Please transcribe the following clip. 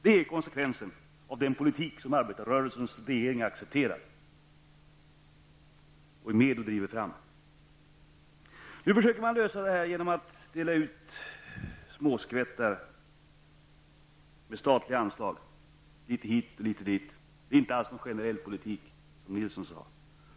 Det är konsekvensen av den politik som arbetarrörelsens regering accepterar och driver fram. Nu försöker man lösa problemet genom att dela ut småskvättar av statliga anslag, litet hit och litet dit. Det är inte alls någon generell politik, som Rolf Nilson sade.